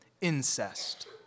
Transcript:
incest